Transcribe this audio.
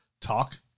talk